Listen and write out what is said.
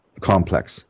complex